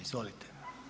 Izvolite.